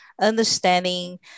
understanding